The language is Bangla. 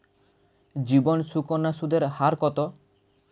জীবন সুকন্যা সুদের হার কত?